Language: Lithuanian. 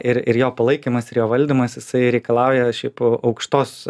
ir ir jo palaikymas ir jo valdymas jisai reikalauja šiaip aukštos